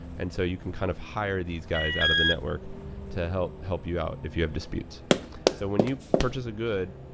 and so you kind of hire these guys out of the network to help help you out if you have disputes so when you purchase a good,